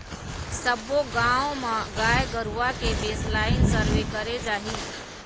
सब्बो गाँव म गाय गरुवा के बेसलाइन सर्वे करे जाही